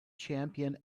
champion